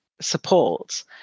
support